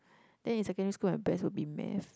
then in secondary school my best would be Math